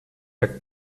jak